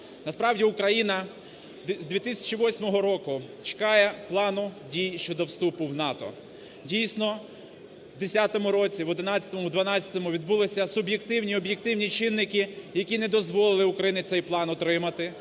Насправді Україна з 2008 року чекає Плану дій щодо вступу в НАТО. Дійсно, в 10-му, в 11-му, 12-му відбулися суб'єктивні й об'єктивні чинники, які не дозволили Україні цей план отримати.